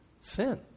sin